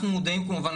אנחנו מודעים כמובן,